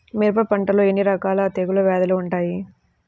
మిరప పంటలో ఎన్ని రకాల తెగులు వ్యాధులు వుంటాయి?